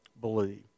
believe